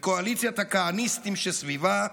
וקואליציית הכהניסטים שסביבה,